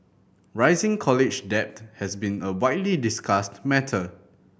rising college debt has been a widely discussed matter